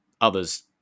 others